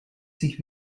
sich